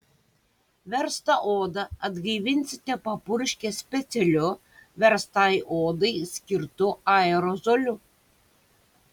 verstą odą atgaivinsite papurškę specialiu verstai odai skirtu aerozoliu